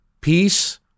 peace